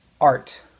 art